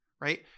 right